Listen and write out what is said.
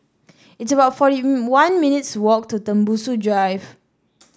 it's about forty one minutes' walk to Tembusu Drive